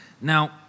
Now